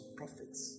prophets